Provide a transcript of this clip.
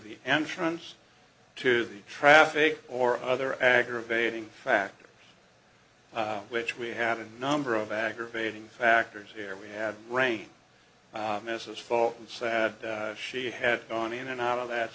the entrance to the traffic or other aggravating factor which we have a number of aggravating factors here we had rain misses for sad she had gone in and out of that